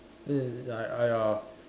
then I I !aiya!